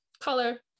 color